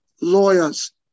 Lawyers